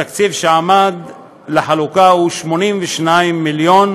התקציב שעמד לחלוקה הוא 82 מיליון